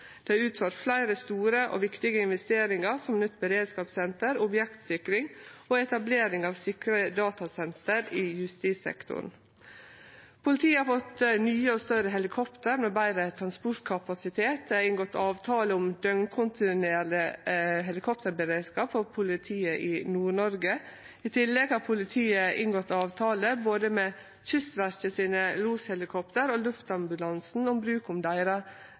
Det er utført fleire store og viktige investeringar, som nytt beredskapssenter, objektsikring og etablering av sikre datasenter i justissektoren. Politiet har fått nye og større helikopter med betre transportkapasitet. Det er inngått avtale om døgnkontinuerleg helikopterberedskap for politiet i Nord-Noreg. I tillegg har politiet inngått avtale både med loshelikoptera til Kystverket og med Luftambulansen om bruk av deira